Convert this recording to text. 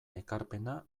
ekarpena